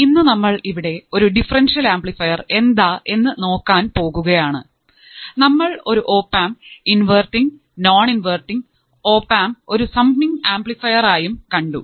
ഇന്നു നമ്മൾ ഇവിടെ ഒരു ഡിഫറെൻഷ്യൽ ആംപ്ലിഫയർ എന്താ എന്ന് നോക്കാൻ പോകുകയാണ് നമ്മൾ ഒരു ഓപ്ആമ്പ് ഇൻവെർട്ടിങ് നോൺ ഇൻവെർട്ടിങ് പിന്നെ ഒരു സമ്മിങ് ആംപ്ലിഫയർ ആയും കണ്ടു